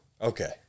Okay